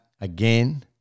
again